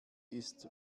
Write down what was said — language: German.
ist